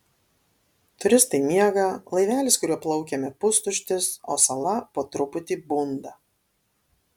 turistai miega laivelis kuriuo plaukėme pustuštis o sala po truputį bunda